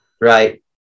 Right